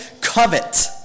Covet